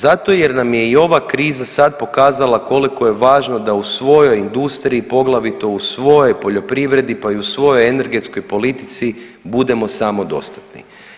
Zato jer nam je i ova kriza sad pokazala koliko je važno da u svojoj industriji, poglavito u svojoj poljoprivredi, pa i u svojoj energetskoj politici budemo samodostatni.